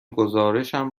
گزارشم